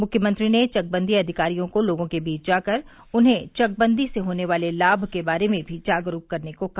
मुख्यमंत्री ने चकबंदी अधिकारियों को लोगों के बीच जाकर उन्हें चकबंदी से होने वाले लाभ के बारे में भी जागरुक करने को कहा